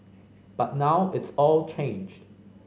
but now it's all changed